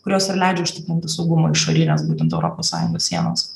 kurios ir leidžia užtikrinti saugumą išorinės būtent europos sąjungos sienos